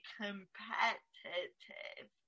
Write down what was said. competitive